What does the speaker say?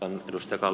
ei edustakaan